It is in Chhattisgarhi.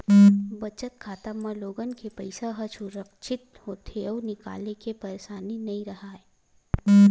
बचत खाता म लोगन के पइसा ह सुरक्छित होथे अउ निकाले के परसानी नइ राहय